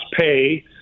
pay